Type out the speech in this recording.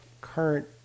current